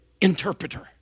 interpreter